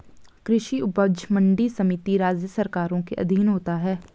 कृषि उपज मंडी समिति राज्य सरकारों के अधीन होता है